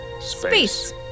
Space